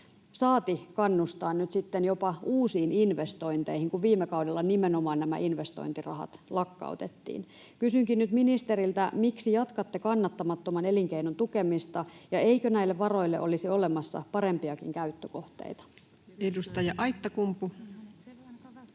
saati kannustaa nyt sitten jopa uusiin investointeihin, kun viime kaudella investointirahat nimenomaan lakkautettiin. Kysynkin nyt ministeriltä: Miksi jatkatte kannattamattoman elinkeinon tukemista? Eikö näille varoille olisi olemassa parempiakin käyttökohteita? Edustaja Aittakumpu.